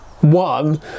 one